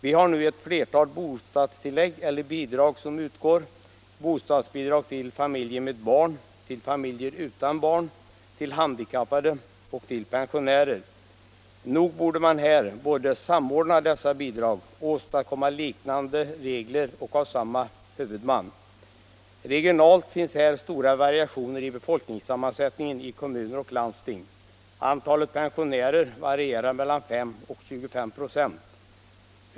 Vi har nu ett flertal bostadstillägg eller bidrag som utgår: bostadsbidrag till familjer med barn, till familjer utan barn, till handikappade och till pensionärer. Nog borde man samordna dessa bidrag, åstadkomma liknande regler och ha samma huvudman. Regionalt finns stora variationer i befolkningssammansättningen i kommuner och landsting. Antalet pensionärer varierar mellan 5 och 25 96.